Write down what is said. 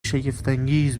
شگفتانگیز